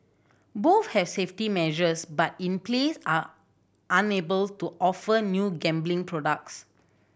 both have safety measures but in place are unable to offer new gambling products